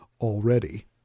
already